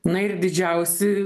na ir didžiausi